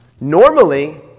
Normally